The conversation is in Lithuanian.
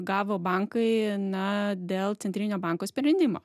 gavo bankai na dėl centrinio banko sprendimo